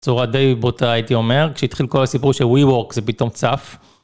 בצורה די בוטה הייתי אומר, כשהתחיל כל הסיפור ש-WeWork זה פתאום צף.